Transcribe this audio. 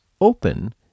open